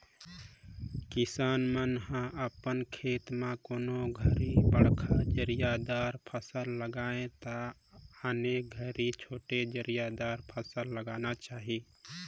किसान मन ह अपन खेत म कोनों घरी बड़खा जरिया दार फसल लगाये त आने घरी छोटे जरिया दार फसल लगाना चाही